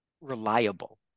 reliable